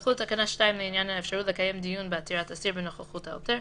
תחול תקנה 2 לעניין האפשרות לקיים דיון בעתירת אסיר בנוכחות העותר,